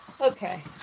Okay